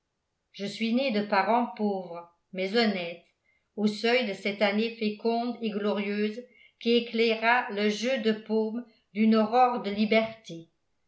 je suis né de parents pauvres mais honnêtes au seuil de cette année féconde et glorieuse qui éclaira le jeu de paume d'une aurore de liberté